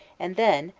and then,